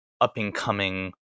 up-and-coming